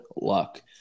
luck